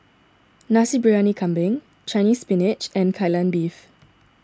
Nasi Briyani Kambing Chinese Spinach and Kai Lan Beef